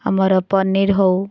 ଆମର ପନିର୍ ହଉ